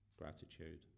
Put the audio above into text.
gratitude